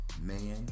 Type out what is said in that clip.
Man